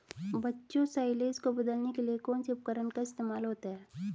बच्चों साइलेज को बदलने के लिए कौन से उपकरण का इस्तेमाल होता है?